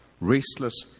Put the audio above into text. restless